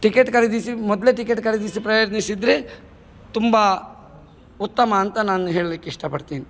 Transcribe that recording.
ticket ಖರೀದಿಸಿ ಮೊದಲೆ ticket ಖರೀದಿಸಿ ಪ್ರಯಾಣಿಸಿದರೆ ತುಂಬ ಉತ್ತಮ ಅಂತ ನಾನು ಹೇಳ್ಲಿಕ್ಕೆ ಇಷ್ಟಪಡ್ತೀನಿ